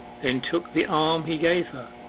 then took the arm he gave her,